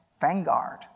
vanguard